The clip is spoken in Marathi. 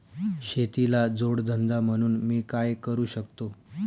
शेतीला जोड धंदा म्हणून मी काय करु शकतो?